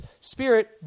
spirit